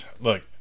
look